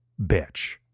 bitch